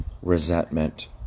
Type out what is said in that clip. resentment